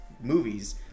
movies